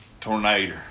Tornado